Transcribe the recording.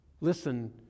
listen